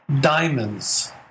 diamonds